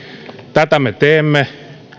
tätä me teemme